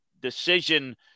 decision